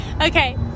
Okay